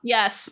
Yes